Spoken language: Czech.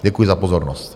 Děkuji za pozornost.